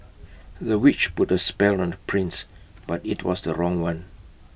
the witch put A spell on the prince but IT was the wrong one